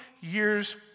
years